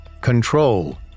Control